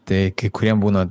tai kuriem būna